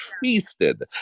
feasted